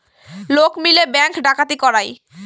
লোক মিলে ব্যাঙ্ক ডাকাতি করায়